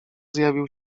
zjawił